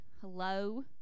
hello